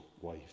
wife